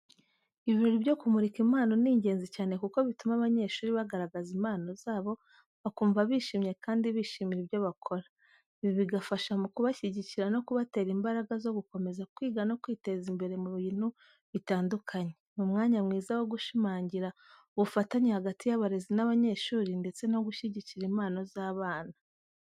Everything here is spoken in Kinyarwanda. Ibirori byo kumurika impano ni ingenzi cyane kuko bituma abanyeshuri bagaragaza impano zabo, bakumva bishimye kandi bishimira ibyo bakora. Ibi bigafasha mu kubashigikira no kubatera imbaraga zo gukomeza kwiga no kwiteza imbere mu bintu bitandukanye. Ni umwanya mwiza wo gushimangira ubufatanye hagati y'abarezi n'abanyeshuri ndetse no gushyigikira impano z'abana.